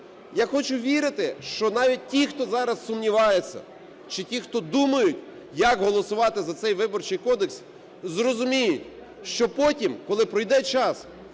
Я хочу вірити, що навіть ті, хто зараз сумнівається, чи ті, хто думають, як голосувати за цей Виборчий кодекс, зрозуміють, що потім, коли пройде час,